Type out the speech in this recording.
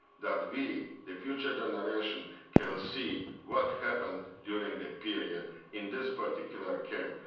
that we, the future generation, can see what happened during the period in this particular camp,